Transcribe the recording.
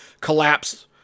collapse